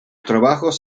trabajos